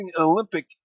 Olympic